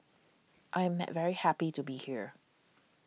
I am might very happy to be here